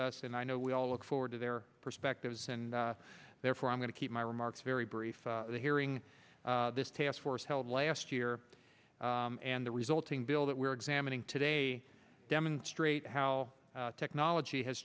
us and i know we all look forward to their perspectives and therefore i'm going to keep my remarks very brief hearing this task force held last year and the resulting bill that we are examining today demonstrate how technology has